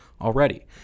already